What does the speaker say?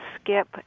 Skip